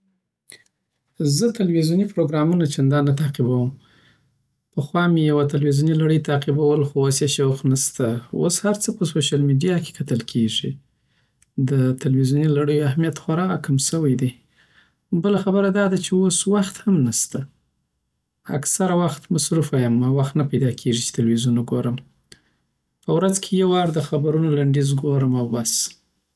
زه تلویزیونی پروګرامونه چندان نه تعقیبوم پخوا می یوه تلویزیونی لړی تعقیبول خو اوس یی شوق نشته اوس هر څه په سوشل میدیا کی کتل کیږی دتلویزونی لړیو اهمیت خوار کم سوی دی بله خبره دا ده چی اوس وخت هم نسته اکثره وخت مصروفه یم او خت نه بیداکیږی چی تلویزیون وکورم په ورځ کی یو وار دخبرونو لنډیز ګورم اوبس